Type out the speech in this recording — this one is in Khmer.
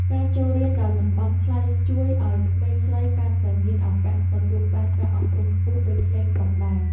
ការចូលរៀនដោយមិនបង់ថ្លៃជួយឱ្យក្មេងស្រីកាន់តែច្រើនមានឱកាសទទួលបានការអប់រំខ្ពស់ដូចក្មេងប្រុសដែរ។